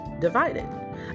divided